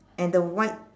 and the white